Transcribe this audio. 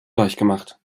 gleichgemacht